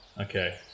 okay